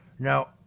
Now